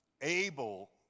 able